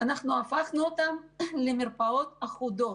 הפכנו אותן למרפאות אחודות.